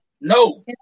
No